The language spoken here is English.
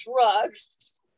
drugs